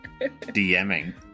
DMing